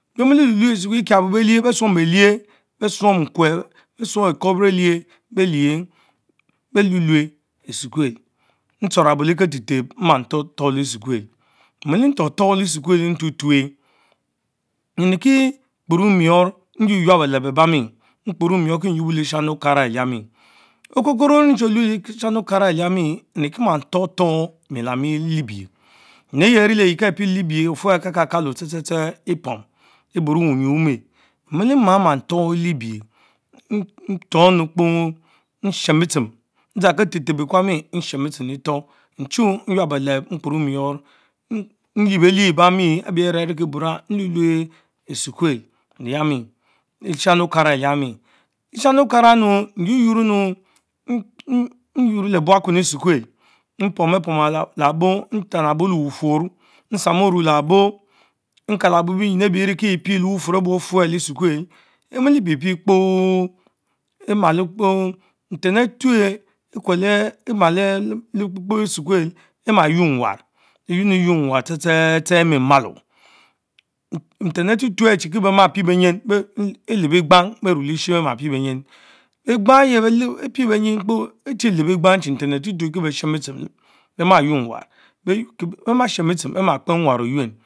Beh miielee luelue esukuel esnong belie ekiabo, beh Suong ntewe beh suong bie Kurch belie belien, belielue esukunel, Atst show abo Le ketep-tep mms for Lesutkul mielie for for le sukuel ntutuch, nriekie Kporo- mior nyun-yab beleb abami mkporomior kie yuobo le- shami okara eliamie. nrie tehe the bee Shani Okara eliami, mekie ma tor tor miel amie leh lebich, nyin eych arieleyi kepie le liebren akalka kalo se tse tseh epom eboru unynah umeh, mieleh ma for lebich, storm kpo nohenbiterum, noza Keteptep akwanie righen le tor, mahu maquab beleh abami mkporo mior, nlièr belian rebamie aben arike bura, nhuehue Esukuel enyami, leshari Okana eliami enu Λημνημον nynom le buakuen esukul mpom ben Bom le bon ntanh abon lee butun mpsam ome le aboh, mkalabon bilnyin ebie enkie kie phe ofire le Esuknel. Emile pie pie kpo emalo-kpo nten atue ekuele, emale bekpekpeesuknel ema per quen nowar, equen quen nuwar the tse tser imiemalo nten atutue aré kie beh ma pie benim, elep egbang berue leone beh ma pich benyin, Egbang yie beh pie laen-imkpo fshie lep Egbang Kil be shen bitcham ben nwar ma nyen chen bitchin beh am nyen nwarr Oyueno bemah ma kperr nwarr oyuen.